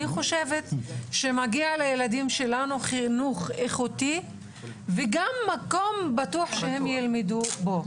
אני חושבת שמגיע לילדים שלנו חינוך איכותי וגם מקום בטוח שהם ילמדו בו.